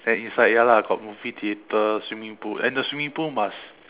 then inside ya lah got movie theatre swimming pool and the swimming pool must